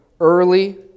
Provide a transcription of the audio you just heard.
early